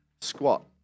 squat